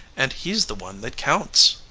and he's the one that counts.